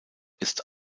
ist